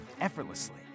effortlessly